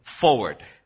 forward